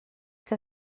que